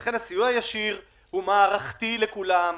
לכן הסיוע הישיר הוא מערכתי לכולם.